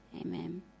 amen